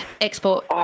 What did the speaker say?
export